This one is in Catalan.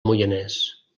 moianès